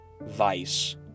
vice